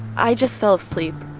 i just fell asleep.